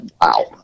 Wow